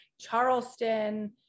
Charleston